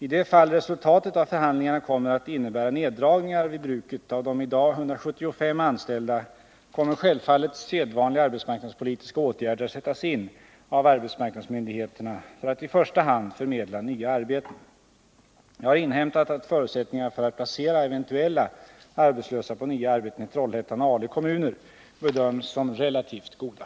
I det fall resultatet av förhandlingarna kommer att innebära neddragningar av antalet anställda vid bruket, i dag 175, kommer självfallet sedvanliga arbetsmarknadspolitiska åtgärder att sättas in av arbetsmarknadsmyndigheterna för att i första hand förmedla nya arbeten. Jag har inhämtat att förutsättningar för att placera eventuella arbetslösa på nya arbeten i Trollhättans och Ale kommuner bedöms som relativt goda.